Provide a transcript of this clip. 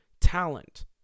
talent